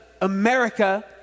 America